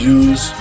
use